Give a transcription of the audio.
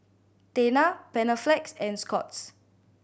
Tena Panaflex and Scott's